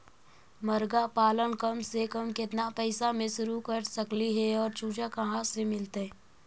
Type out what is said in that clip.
मरगा पालन कम से कम केतना पैसा में शुरू कर सकली हे और चुजा कहा से मिलतै?